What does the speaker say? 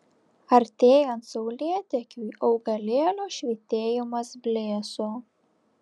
artėjant saulėtekiui augalėlio švytėjimas blėso